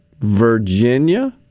Virginia